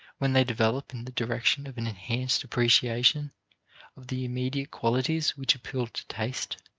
when they develop in the direction of an enhanced appreciation of the immediate qualities which appeal to taste,